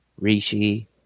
Rishi